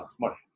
money